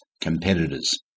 competitors